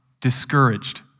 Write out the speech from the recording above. discouraged